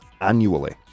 annually